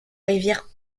rivière